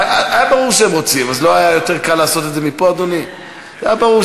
אדוני היושב-ראש, חברות